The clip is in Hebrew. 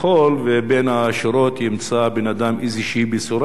בין השורות ימצא אדם איזו בשורה,